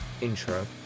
intro